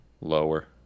Lower